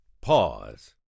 pause